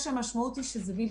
מאחר שלבן הזוג העוזר שזה מאוד